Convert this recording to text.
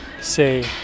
Say